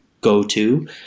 go-to